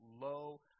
low